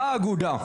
באה אגודה,